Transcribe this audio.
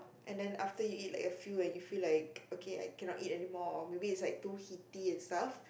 and then after he eat like a few and he feel like okay I cannot eat anymore or maybe it's like too heaty and stuff